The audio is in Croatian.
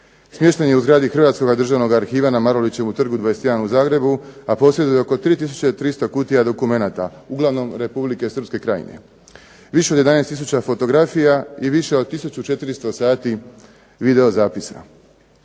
Smješten je u zgradi Hrvatskoga Državnoga arhiva na Marulićevu trgu 21 u Zagrebu, a posjeduje oko 3300 kutija dokumenata, uglavnom Republike Srpske krajine. Više od 11 tisuća fotografija i više od 1400 sati video zapisa.